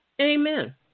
Amen